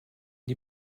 die